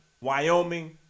Wyoming